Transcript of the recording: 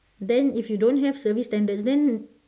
then if you don't have service standards then